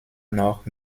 noch